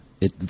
It